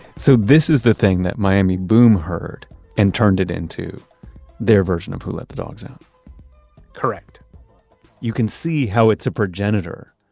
so this is the thing that miami boom heard and turned it into their version of who let the dogs out correct you can see how it's a progenitor,